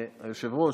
והיושב-ראש,